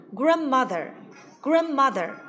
grandmother,grandmother